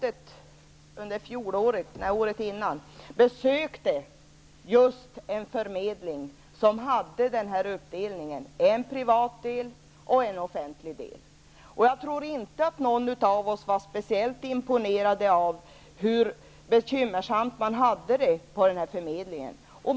För två år sedan besökte arbetsmarknadsutskottet just en förmedling som bestod av en privat och en offentlig del. Jag tror inte att någon av oss var speciellt imponerad av hur bekymmersamt det var på den här förmedlingen.